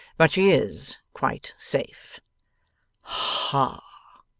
but she is quite safe ha!